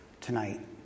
tonight